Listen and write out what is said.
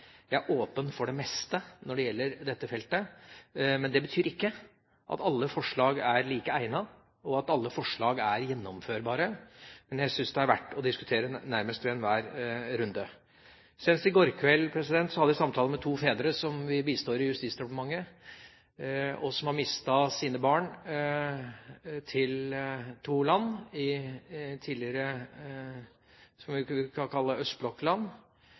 er jeg åpen for det meste når det gjelder dette feltet. Det betyr ikke at alle forslag er like egnet, og at alle forslag er gjennomførbare, men jeg syns de er verdt å diskutere nærmest ved enhver runde. Senest i går kveld hadde jeg samtaler med to fedre som vi bistår i Justisdepartementet, og som har mistet sine barn til to land, det vi tidligere kunne kalle østblokkland.